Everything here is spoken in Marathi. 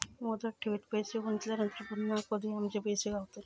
मुदत ठेवीत पैसे गुंतवल्यानंतर पुन्हा कधी आमचे पैसे गावतले?